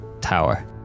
tower